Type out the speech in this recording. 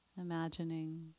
imagining